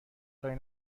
کاری